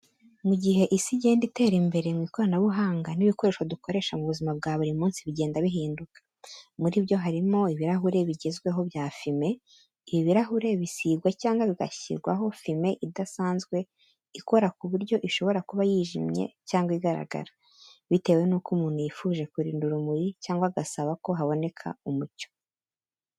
Mu gihe isi igenda itera imbere mu ikoranabuhanga n’ibikoresho dukoresha mu buzima bwa buri munsi bigenda bihinduka. Muri byo harimo ibirahure bigezweho bya fime. Ibi birahure bisigwa cyangwa bigashyirwaho fime idasanzwe ikora ku buryo ishobora kuba yijimye cyangwa igaragara, bitewe n’uko umuntu yifuje kurinda urumuri cyangwa agasaba ko haboneka umucyo.